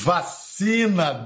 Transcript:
Vacina